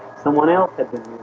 someone else had been